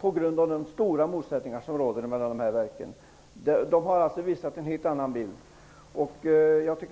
På grund av de stora motsättningar som råder mellan verken anser vi inte att underlaget är så pass klart att vi kan ta ställning.